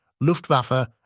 Luftwaffe